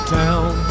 town